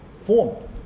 formed